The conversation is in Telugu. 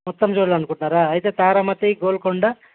మొత్తం చూడాలని అనుకుంటున్నారా అయితే తారా మసీద్ గోల్కొండ